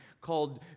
called